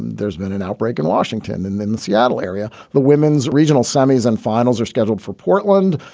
there's been an outbreak in washington. and then the seattle area, the women's regional sammies and finals are scheduled for portland.